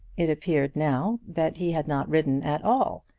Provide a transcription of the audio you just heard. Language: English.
it appeared now that he had not ridden at all,